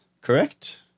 Correct